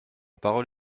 parole